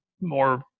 more